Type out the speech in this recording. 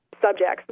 subjects